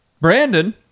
Brandon